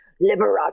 liberate